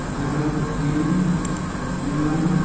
Bharat China England